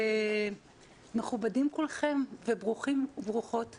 ומכובדים כולכם וברוכים וברוכות הבאים,